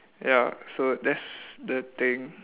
ya so that's the thing